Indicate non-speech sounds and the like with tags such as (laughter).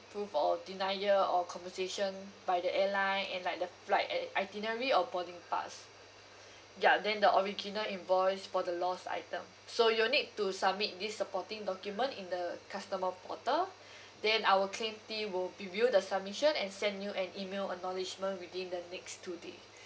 proof or denial or conversation by the airline and like the flight e~ itinerary or boarding pass (breath) ya than the original invoice for the lost item so you'll need to submit this supporting document in the customer portal (breath) then our claim team will review the submission and send you an email acknowledgement within the next two day